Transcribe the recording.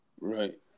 Right